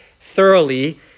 thoroughly